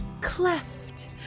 cleft